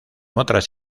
otras